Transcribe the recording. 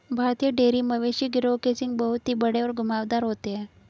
भारतीय डेयरी मवेशी गिरोह के सींग बहुत ही बड़े और घुमावदार होते हैं